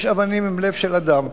ויש אבנים עם לב של אדם.